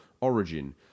Origin